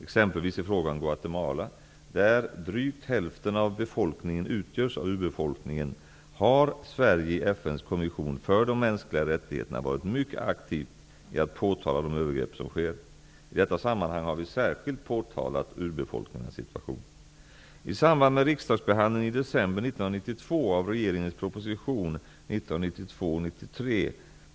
Exempelvis i fråga om Guatemala, där drygt hälften av befolkningen utgörs av urbefolkningen, har Sverige i FN:s kommission för de mänskliga rättigheterna varit mycket aktivt i att påtala de övergrepp som sker. I detta sammanhang har vi särskilt påtalat urbefolkningarnas situation.